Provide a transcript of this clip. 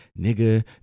nigga